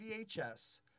VHS